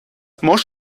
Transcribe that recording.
much